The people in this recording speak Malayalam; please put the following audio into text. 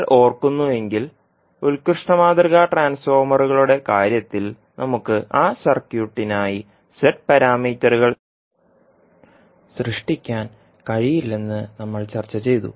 നിങ്ങൾ ഓർക്കുന്നുവെങ്കിൽ ഉത്കൃഷ്ട മാതൃക ട്രാൻസ്ഫോർമറുകളുടെ കാര്യത്തിൽ നമുക്ക് ആ സർക്യൂട്ടിനായി z പാരാമീറ്ററുകൾ സൃഷ്ടിക്കാൻ കഴിയില്ലെന്ന് നമ്മൾ ചർച്ച ചെയ്തു